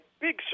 big